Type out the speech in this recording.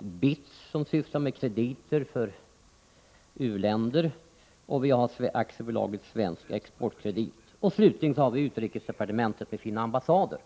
BITS som sysslar med krediter för u-länder och AB Svensk Exportkredit. Slutligen har vi utrikesdepartementet med dess ambassader.